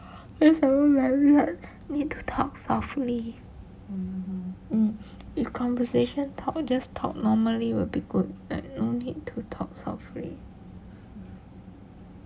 this hour very late need to talk softly um we conversation talk just talk normally will be good like no need to talk softly